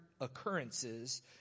occurrences